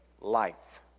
life